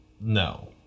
no